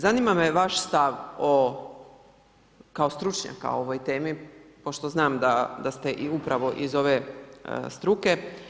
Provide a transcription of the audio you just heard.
Zanima me vaš stav o kao stručnjaka o ovoj temi, pošto znam da ste upravo ove struke.